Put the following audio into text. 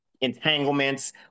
entanglements